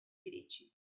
greci